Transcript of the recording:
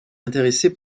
intéressé